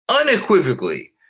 unequivocally